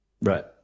Right